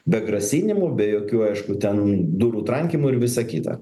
be grasinimų be jokių aišku ten durų trankymų ir visa kita